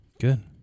Good